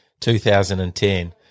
2010